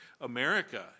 America